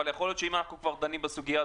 אבל אם כבר דנים בסוגיה,